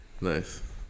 Nice